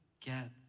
get